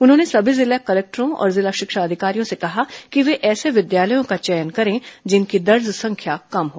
उन्होंने सभी जिला कलेक्टरों और जिला शिक्षा अधिकारियों से कहा है कि वे ऐसे विद्यालयों का चयन करें जिनकी दर्ज संख्या कम हो